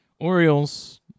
Orioles